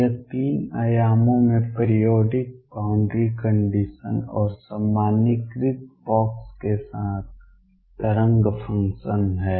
यह 3 आयामों में पीरिऑडिक बाउंड्री कंडीशंस और सामान्यीकृत बॉक्स के साथ तरंग फंक्शन है